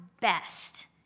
best